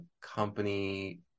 company